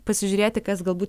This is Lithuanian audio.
pasižiūrėti kas galbūt